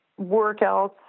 workouts